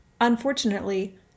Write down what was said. Unfortunately